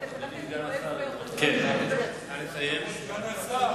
אתם כתבתם דברי הסבר וזה לא, סגן השר,